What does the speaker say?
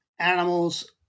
animals